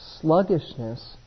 sluggishness